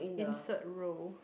insert row